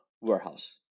warehouse